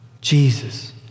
Jesus